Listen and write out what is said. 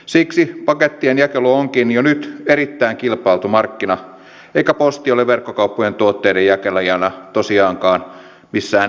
siksi pakettien jakelu onkin jo nyt erittäin kilpailtu markkina eikä posti ole verkkokauppojen tuotteiden jakelijana tosiaankaan missään etulyöntiasemassa